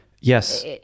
yes